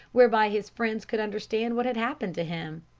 whereby his friends could understand what had happened to him.